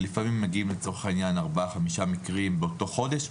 ולפעמים מגיעים ארבעה-חמישה מקרים באותו חודש,